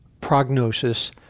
prognosis